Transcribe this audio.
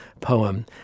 poem